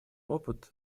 опыт